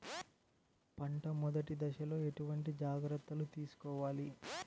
పంట మెదటి దశలో ఎటువంటి జాగ్రత్తలు తీసుకోవాలి?